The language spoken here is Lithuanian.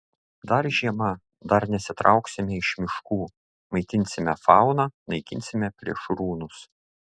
dar žiema dar nesitrauksime iš miškų maitinsime fauną naikinsime plėšrūnus